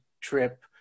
trip